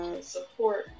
support